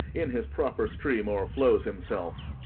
in his proper stream, o'erflows himself.